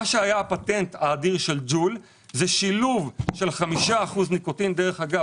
מה שהיה הפטנט האדיר של ג'ול זה שילוב של 5 אחוזים ניקוטין דרך אגב,